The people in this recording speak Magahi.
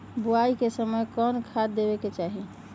बोआई के समय कौन खाद देवे के चाही?